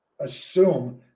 assume